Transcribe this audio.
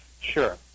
Sure